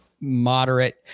moderate